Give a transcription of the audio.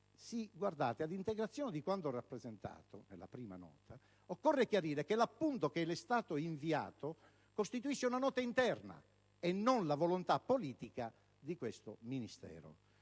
che dice: «Ad integrazione di quanto rappresentato (...)»- nella prima nota - «occorre chiarire che l'appunto che le è stato inviato costituisce una nota interna e non la volontà politica di questo Ministero».